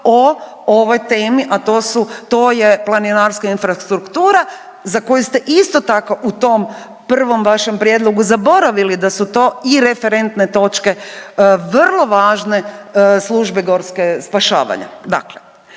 o ovoj temi, a to je planinarska infrastruktura za koju ste isto tako u tom prvom vašem prijedlogu zaboravili da su to i referentne točke vrlo važne Službe gorske spašavanja.